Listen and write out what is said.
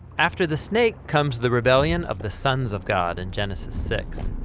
after the snake comes the rebellion of the sons of god in genesis six.